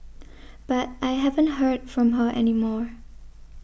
but I haven't heard from her any more